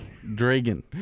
Dragon